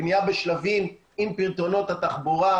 בנייה בשלבים עם פתרונות התחבורה.